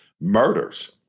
murders